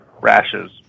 rashes